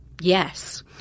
Yes